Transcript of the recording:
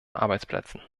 arbeitsplätzen